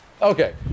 Okay